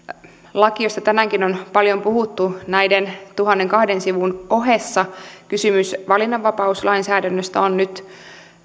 laki josta tänäänkin on paljon puhuttu näiden tuhannenkahden sivun ohessa eli kysymys valinnanvapauslainsäädännöstä on nyt